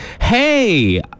Hey